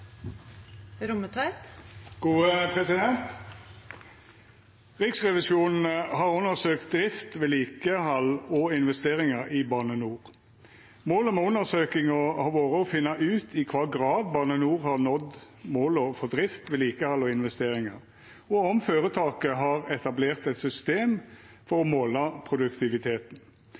Riksrevisjonen har undersøkt drift, vedlikehald og investeringar i Bane NOR. Målet med undersøkinga har vore å finna ut i kva grad Bane NOR har nådd måla for drift, vedlikehald og investeringar, og om føretaket har etablert eit system for å måla produktiviteten.